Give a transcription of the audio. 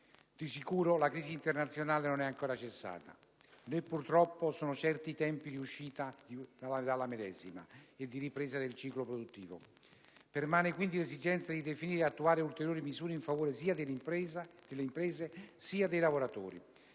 Di sicuro la crisi internazionale non è ancora cessata, né purtroppo sono certi i tempi di uscita dalla medesima e di ripresa del ciclo produttivo. Permane, quindi, l'esigenza di definire ed attuare ulteriori misure, in favore sia delle imprese che dei lavoratori.